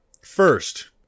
first